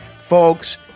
Folks